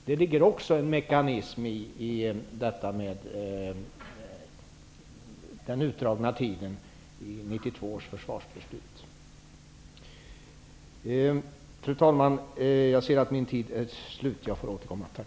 Det ligger också en mekanism i att man drog ut på tiden fram till 1992 års försvarsbeslut. Fru talman! Jag ser att min taletid är slut. Jag får återkomma. Tack!